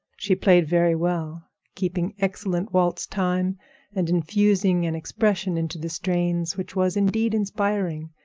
she played very well, keeping excellent waltz time and infusing an expression into the strains which was indeed inspiring.